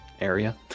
area